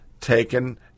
taken